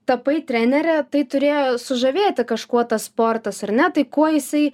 tapai trenere tai turėjo sužavėti kažkuo tas sportas ar ne tai kuo jisai